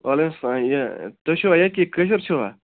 وعلیکُم سلام یہِ تُہۍ چھُوا ییٚتکی کٲشِر چھُوا